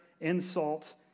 insult